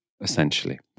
essentially